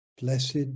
Blessed